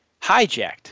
hijacked